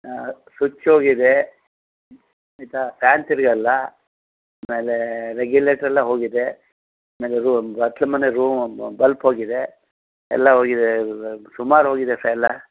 ಹಾಂ ಸುಚ್ ಹೋಗಿದೆ ಆಯಿತಾ ಫ್ಯಾನ್ ತಿರುಗಲ್ಲ ಆಮೇಲೆ ರೆಗ್ಯುಲೇಟ್ರ್ ಎಲ್ಲ ಹೋಗಿದೆ ಆಮೇಲೆ ರೂಮ್ ಬಚ್ಲು ಮನೆ ರೂಮ್ ಮ್ ಬಲ್ಪ್ ಹೋಗಿದೆ ಎಲ್ಲ ಹೋಗಿದೆ ಅದು ಸುಮಾರು ಹೋಗಿದೆ ಸರ್ ಎಲ್ಲ